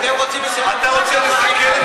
אתם רוצים לסכל, אתם רוצים לסכל את החוק הזה?